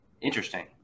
interesting